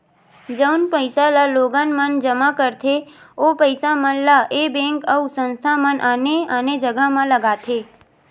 जउन पइसा ल लोगन मन जमा करथे ओ पइसा मन ल ऐ बेंक अउ संस्था मन आने आने जघा म लगाथे